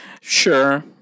Sure